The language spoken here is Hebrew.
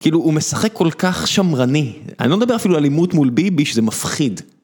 כאילו הוא משחק כל כך שמרני, אני לא מדבר אפילו על אלימות מול ביבי שזה מפחיד.